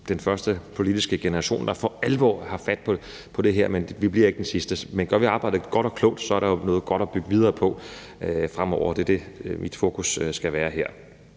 den første politiske generation, der for alvor har fat på det her, men vi bliver ikke den sidste. Men gør vi arbejdet godt og klogt, er der jo noget godt at bygge videre på fremover, og det er det, mit fokus skal være her.